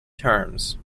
terms